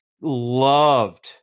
loved